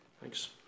Thanks